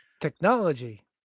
Technology